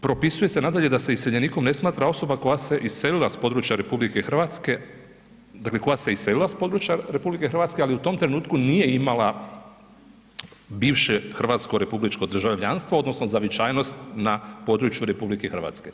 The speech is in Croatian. Propisuje se nadalje da se iseljenikom ne smatra osoba koja se iselila s područja RH, dakle koja se iselila iz RH ali u tom trenutku nije imala bivše hrvatsko republičko državljanstvo odnosno zavičajnost na području RH.